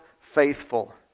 faithful